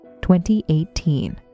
2018